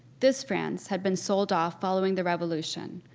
this france had been sold off following the revolution,